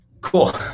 Cool